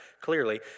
clearly